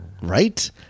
Right